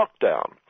lockdown